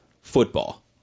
football